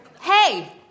Hey